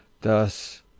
Thus